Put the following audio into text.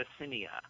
Abyssinia